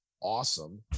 awesome